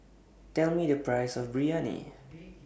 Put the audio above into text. Tell Me The Price of Biryani